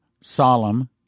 solemn